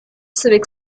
civic